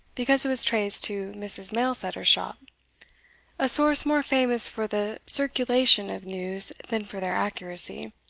because it was traced to mrs. mailsetter's shop a source more famous for the circulation of news than for their accuracy.